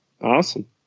awesome